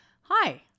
Hi